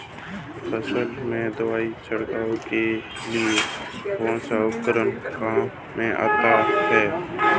फसल में दवाई छिड़काव के लिए कौनसा उपकरण काम में आता है?